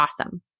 awesome